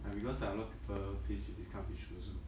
and because like a lot of people face with this kind of issues also